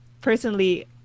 personally